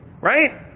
right